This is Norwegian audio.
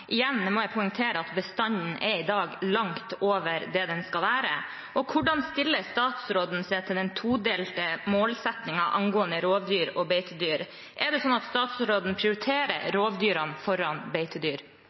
Igjen må jeg poengtere at bestanden er i dag langt over det den skal være. Hvordan stiller statsråden seg til den todelte målsettingen angående rovdyr og beitedyr? Er det sånn at statsråden prioriterer rovdyrene foran beitedyr?